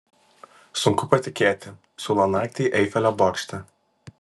sunku patikėti siūlo naktį eifelio bokšte